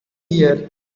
here